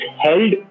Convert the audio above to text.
held